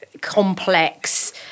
complex